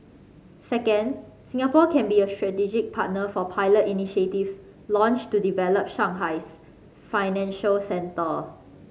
second Singapore can be a strategic partner for pilot initiatives launched to develop Shanghai's financial centre